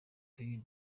pays